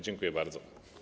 Dziękuję bardzo.